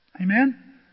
Amen